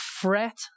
Fret